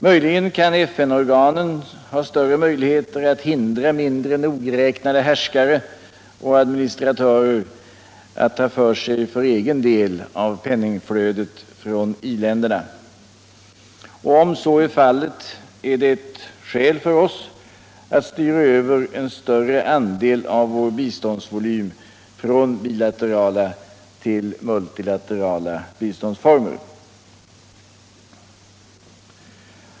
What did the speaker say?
Möjligen kan FN-organen ha större möjligheter att hindra mindre nogräknade härskare och administratörer att ta för sig för egen del av penningflödet från i-länderna. Om så är fallet är det ett skäl för oss att styra över en större andel av vår biståndsvolym från bilaterala till multilaterala biståndsformer.